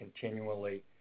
continually